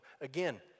Again